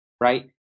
right